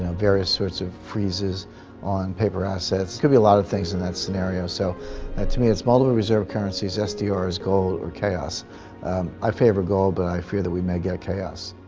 various sorts of freezes on paper assets. could be a lot of things in that scenario, so to me it's multiple reserve currencies, sdrs, gold, or chaos i favor gold, but i fear that we may get chaos